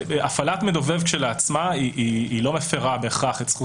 הפעלת מדובב כשלעצמה היא לא מפרה בהכרח את זכות